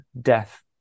death